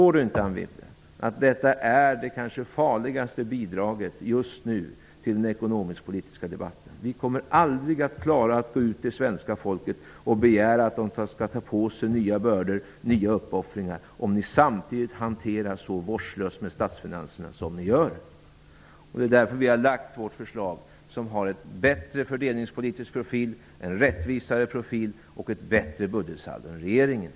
Förstår inte Anne Wibble att detta är det kanske farligaste bidraget just nu till den ekonomiskpolitiska debatten? Vi kommer aldrig att klara att gå ut till svenska folket och begära av människorna att de tar på sig nya bördor och nya uppoffringar om ni samtidigt hanterar statsfinanserna så vårdslöst som ni gör. Därför har vi lagt fram vårt förslag, som har en bättre fördelningspolitisk profil, en rättvisare profil och ett bättre budgetsaldo än regeringens.